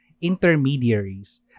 intermediaries